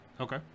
Okay